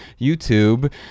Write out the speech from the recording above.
YouTube